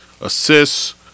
assists